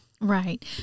Right